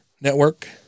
network